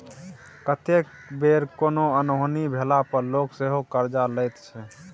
कतेक बेर कोनो अनहोनी भेला पर लोक सेहो करजा लैत छै